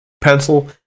pencil